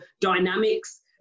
dynamics